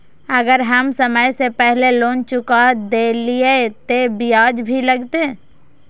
अगर हम समय से पहले लोन चुका देलीय ते ब्याज भी लगते?